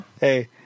Hey